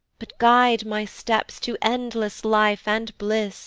but guide my steps to endless life and bliss